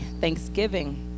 Thanksgiving